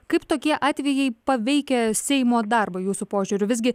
kaip tokie atvejai paveikia seimo darbą jūsų požiūriu visgi